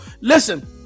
listen